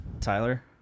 Tyler